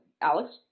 Alex